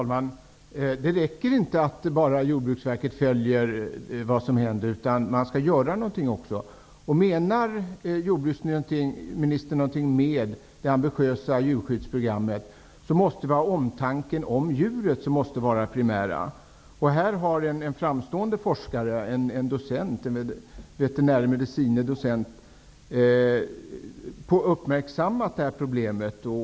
Fru talman! Det räcker inte att Jordbruksverket följer vad som händer. Man måste också göra någonting. Om jordbruksministern verkligen menar något med det ambitiösa djurskyddsprogrammet måste det vara omtanken om djuret som är det primära. En framstående forskare, en docent i veterinärmedicin, har uppmärksammat problemet.